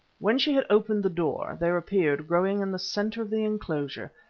when she had opened the door, there appeared, growing in the centre of the enclosure,